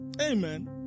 Amen